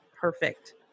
perfect